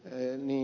reini